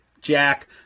Jack